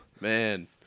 Man